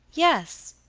yes,